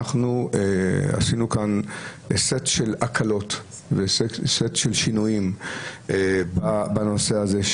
עשינו כאן סט של הקלות וסט של שינויים בנושא הזה,